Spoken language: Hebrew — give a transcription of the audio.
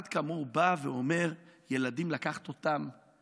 אחד כמוהו בא ואומר: את הילדים לקחת לרווחה?